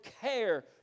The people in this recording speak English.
care